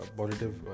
positive